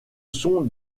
sont